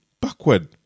backward